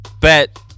bet